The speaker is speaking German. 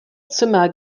zimmer